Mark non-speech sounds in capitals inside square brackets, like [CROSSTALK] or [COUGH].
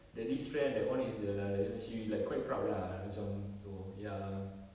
daddy's friend that one is the [NOISE] she like quite proud lah macam so ya